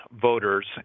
voters